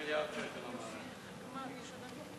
להעביר את הצעת חוק לשינוי חברתי-כלכלי (תשלומי הורים),